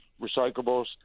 recyclables